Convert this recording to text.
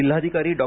जिल्हाधिकारी डॉ